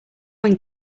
going